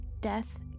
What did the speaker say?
Death